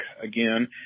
again